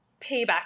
payback